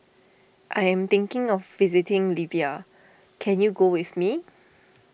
I am thinking of visiting Libya can you go with me